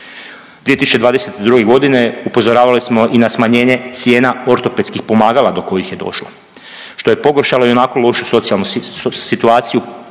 2022. godine upozoravali smo i na smanjenje cijena ortopedskih pomagala do kojih je došlo što je pogoršalo ionako lošu socijalnu situaciju